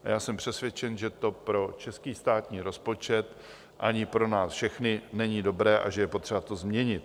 Já jsem přesvědčen, že to pro český státní rozpočet ani pro nás všechny není dobré a že je potřeba to změnit.